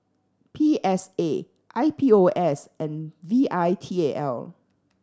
P S A I P O S and V I T A L